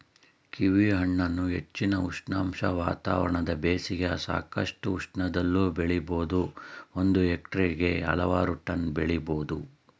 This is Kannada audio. ಕೀವಿಹಣ್ಣನ್ನು ಹೆಚ್ಚಿನ ಉಷ್ಣಾಂಶ ವಾತಾವರಣದ ಬೇಸಿಗೆಯ ಸಾಕಷ್ಟು ಉಷ್ಣದಲ್ಲೂ ಬೆಳಿಬೋದು ಒಂದು ಹೆಕ್ಟೇರ್ಗೆ ಹಲವಾರು ಟನ್ ಬೆಳಿಬೋದು